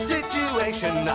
Situation